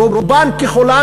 רובן ככולן,